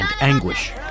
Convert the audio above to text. anguish